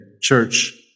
church